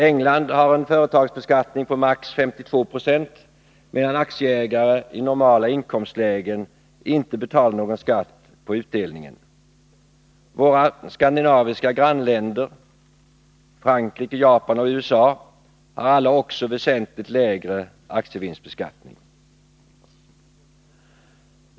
England har en företagsbeskattning på maximalt 52 20, medan aktieägare i normala inkomstlägen inte betalar någon skatt på utdelningen. Våra skandinaviska grannländer samt Frankrike, Japan och USA har alla också väsentligt lägre aktievinstbeskattning.